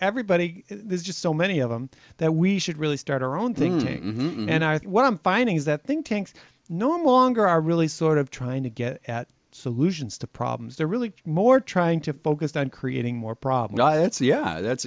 everybody there's just so many of them that we should really start our own things and i think what i'm finding is that think tanks known longer are really sort of trying to get at solutions to problems they're really more trying to focus on creating more problems yeah that's